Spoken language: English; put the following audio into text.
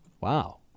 Wow